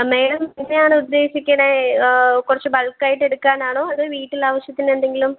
ആ മേഡം എങ്ങനെയാണ് ഉദ്ദേശിക്കണെ കുറച്ച് ബൾക്കായിട്ടെടുക്കാനാണോ അതോ വീട്ടിലാവശ്യത്തിനെന്തെങ്കിലും